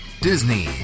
Disney